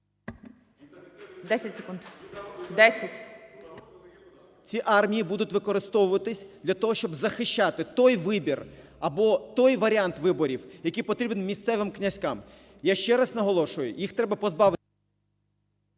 Ці армії будуть використовуватися для того, щоби захищати той вибір або той варіант виборів, який потрібен місцевим "князькам". Я ще раз наголошую, їх треба …